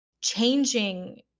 changing